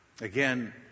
Again